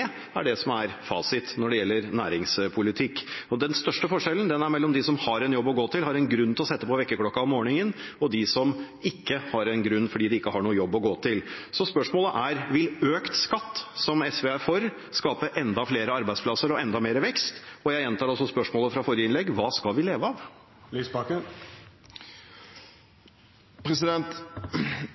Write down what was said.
er det som er fasit når det gjelder næringspolitikk. Og den største forskjellen er mellom dem som har en jobb å gå til, som har en grunn til å sette på vekkerklokka om morgenen, og dem som ikke har en grunn, fordi de ikke har noen jobb å gå til. Så spørsmålet er: Vil økt skatt, som SV er for, skape enda flere arbeidsplasser og enda mer vekst? Jeg gjentar også spørsmålet fra forrige innlegg: Hva skal vi leve av?